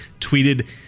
tweeted